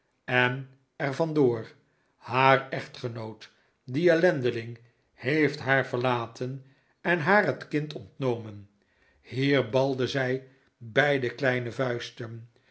en er van door haar echtgenoot die ellendeling heeft haar verlaten en haar het kind ontnomen hier balde zij beide kleine vuisten